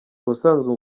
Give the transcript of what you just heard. ubusanzwe